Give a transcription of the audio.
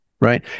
right